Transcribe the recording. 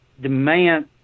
demand